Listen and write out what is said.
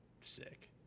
sick